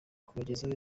kubagezaho